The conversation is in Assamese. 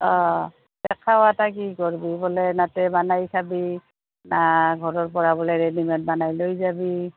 অঁ তে খাৱাতা কি কৰ্বি বোলে নাতে বানাই খাবি না ঘৰৰ পৰা বোলে ৰেডিমেড বানাই লৈ যাবি